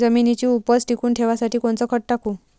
जमिनीची उपज टिकून ठेवासाठी कोनचं खत टाकू?